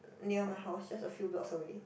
near my house just a few blocks away